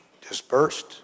dispersed